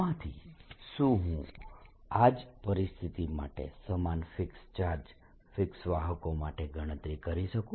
આમાંથી શું હું આ જ પરિસ્થિતિ માટે સમાન ફિક્સ્ડ ચાર્જ ફિક્સ્ડ વાહકો માટે ગણતરી કરી શકું